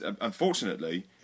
Unfortunately